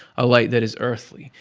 a light that is earthly.